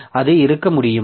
அது இருக்க முடியுமா